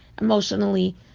emotionally